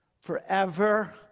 forever